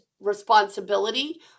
responsibility